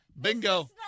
Bingo